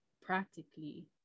practically